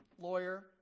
lawyer